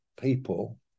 people